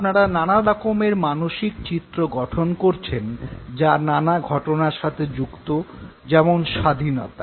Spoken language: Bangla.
আপনারা নানা রকমের মানসিক চিত্র গঠন করছেন যা নানা ঘটনার সাথে যুক্ত যেমন স্বাধীনতা